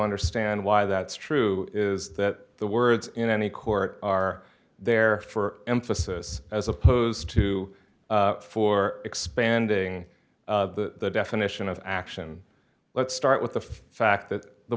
understand why that's true is that the words in any court are there for emphasis as opposed to for expanding the definition of action let's start with the fact that the